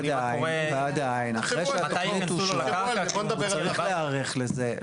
ועדיין, אחרי שהתכנית אושרה הוא צריך להיערך לזה.